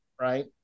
Right